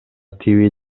тийбей